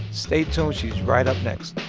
stay tuned. she's right up next